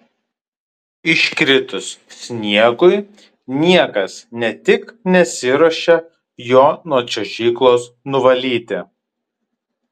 iškritus sniegui niekas ne tik nesiruošia jo nuo čiuožyklos nuvalyti